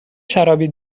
شرابی